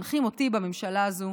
מנחים אותי בממשלה הזו,